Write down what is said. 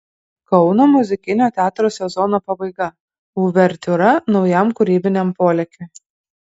kauno muzikinio teatro sezono pabaiga uvertiūra naujam kūrybiniam polėkiui